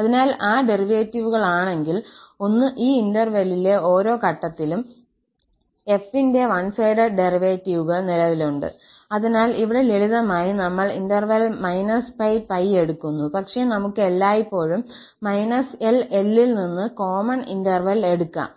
അതിനാൽ ആ ഡെറിവേറ്റീവുകളാണെങ്കിൽ ഒന്ന് ഈ ഇന്റെർവല്ലിലെ ഓരോ ഘട്ടത്തിലും 𝑓 ന്റെ വൺ സൈഡഡ് ഡെറിവേറ്റീവുകൾ നിലവിലുണ്ട് അതിനാൽ ഇവിടെ ലളിതമായി നമ്മൾ −𝜋 𝜋 എടുക്കുന്നു പക്ഷേ നമുക്ക് എല്ലായ്പ്പോഴും −𝐿 𝐿 ൽ നിന്ന് കോമൺ ഇന്റെർവൽ എടുക്കാം